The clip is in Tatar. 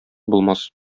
булмас